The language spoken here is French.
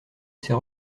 ces